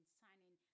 signing